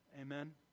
Amen